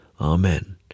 Amen